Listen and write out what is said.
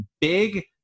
big